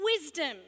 wisdom